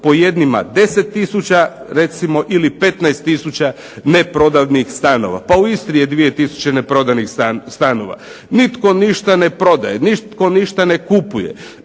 po jednima 10 tisuća ili 15 tisuća neprodanih stanova. Pa u Istri je 2 tisuće neprodanih stanova. Nitko ništa ne prodaje, nitko ništa ne kupuje